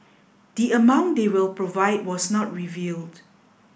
the amount they will provide was not revealed